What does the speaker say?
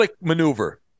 maneuver